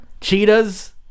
cheetahs